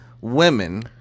women